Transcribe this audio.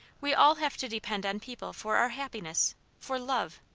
we all have to depend on people for our happiness for love.